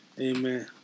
Amen